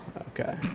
Okay